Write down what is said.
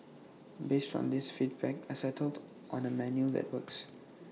based on these feedback I settled on A menu that works